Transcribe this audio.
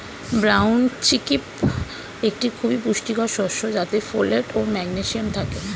brown chickpea একটি খুবই পুষ্টিকর শস্য যাতে ফোলেট ও ম্যাগনেসিয়াম থাকে